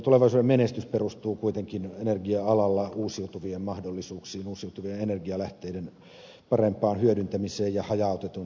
tulevaisuuden menestys perustuu kuitenkin energia alalla uusiutuvien mahdollisuuksiin uusiutuvien energialähteiden parempaan hyödyntämiseen ja hajautetun tuotantojärjestelmän kehittämiseen